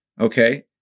okay